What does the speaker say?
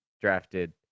drafted